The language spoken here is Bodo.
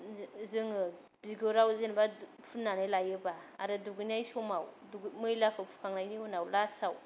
जोङो बिगुराव जेनबा फुननानै लायोबा आरो दुगैनाय समाव मैलाखौ फुखांनायनि उनाव लास्तआव